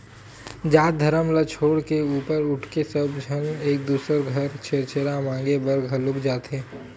जात धरम ल छोड़ के ऊपर उठके सब झन एक दूसर घर छेरछेरा मागे बर घलोक जाथे